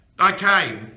Okay